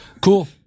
Cool